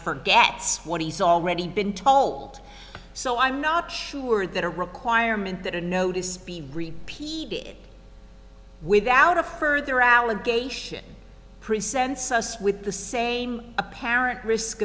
forgets what he's already been told so i'm not sure that a requirement that a notice be repeated without a further allegation presents us with the same apparent risk